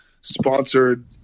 sponsored